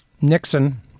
Nixon